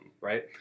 right